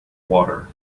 water